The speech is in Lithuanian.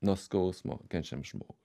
nuo skausmo kenčiant žmogų